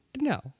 No